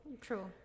True